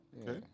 Okay